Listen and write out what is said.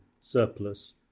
surplus